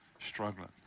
struggling